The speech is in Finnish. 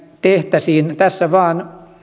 tehtäisiin tässä vain